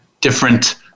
different